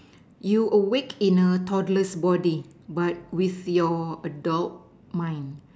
you awake in a toddler's body but with your adult mind